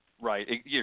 Right